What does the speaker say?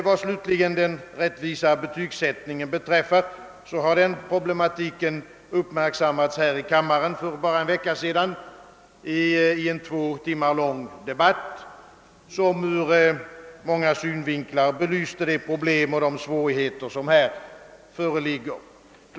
Vad slutligen den rättvisa betygsättningen beträffar har den problematiken uppmärksammats här i kammaren för bara en vecka sedan i en två timmar lång debatt, som ur många synvinklar belyste de problem och de svårigheter som föreligger.